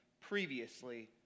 previously